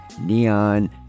neon